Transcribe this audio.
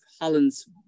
Holland's